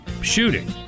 shooting